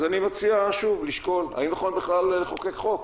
אז אני מציע שוב לשקול האם נכון בכלל לחוקק חוק,